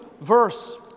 verse